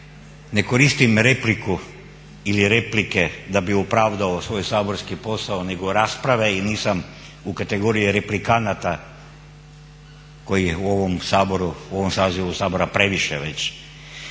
ne koristim repliku ili replike da bi opravdao svoj saborski posao nego rasprave i nisam u kategoriji replikanata kojih u ovom sazivu Sabora previše već.